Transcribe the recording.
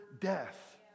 death